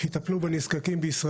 שיטפלו בנזקקים.